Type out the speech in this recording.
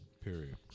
Period